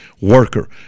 worker